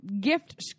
gift